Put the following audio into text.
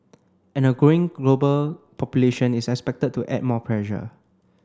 and a growing global population is expected to add more pressure